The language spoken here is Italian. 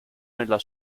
nella